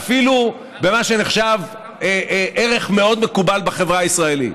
ואפילו במה שנחשב ערך מאוד מקובל בחברה הישראלית.